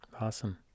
Awesome